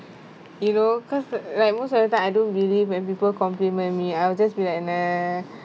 you know cause like most of the time I don't believe when people compliment me I'll just be like nah